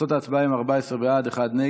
תוצאות ההצבעה הן: 14 בעד, אחד נגד.